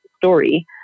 story